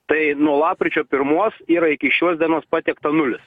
tai nuo lapkričio pirmos yra iki šios dienos patiekta nulis